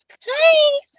Hi